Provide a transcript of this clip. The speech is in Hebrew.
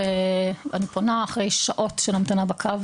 ואני פונה אחרי שעות של המתנה בקו.